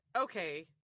okay